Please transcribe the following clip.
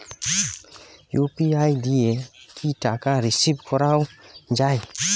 UPI দিয়ে কি টাকা রিসিভ করাও য়ায়?